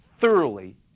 thoroughly